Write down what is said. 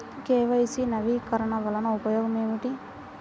KYC నవీకరణ వలన ఉపయోగం ఏమిటీ?